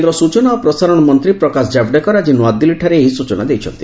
କେନ୍ଦ୍ର ସୂଚନା ଓ ପ୍ରସାରଣ ମନ୍ତ୍ରୀ ପ୍ରକାଶ ଜାଭଡେକର ଆଙ୍କି ନୂଆଦିଲ୍ଲୀଠାରେ ଏହି ସ୍ୱଚନା ଦେଇଛନ୍ତି